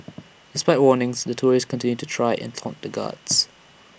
despite warnings the tourists continued to try and taunt the guards